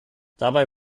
dabei